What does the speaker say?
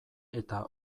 eta